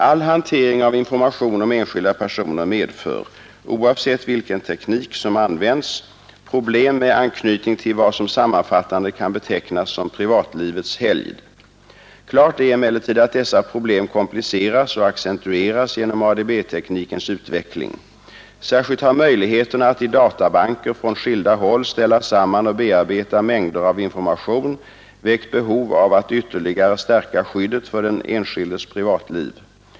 All hantering av information om enskilda personer medför — oavsett vilken teknik som används — problem med anknytning till vad som sammanfattande kan betecknas som privatlivets helgd. Klart är emellertid att dessa problem kompliceras och accentueras genom ADB-teknikens utveckling. Särskilt har möjligheterna att i databanker från skilda håll ställa samman och bearbeta mängder av information väckt behov av att ytterligare stärka skyddet för den enskildes privatliv.